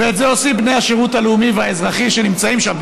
ואת זה עושים בני השירות הלאומי והאזרחי שנמצאים שם,